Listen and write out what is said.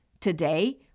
today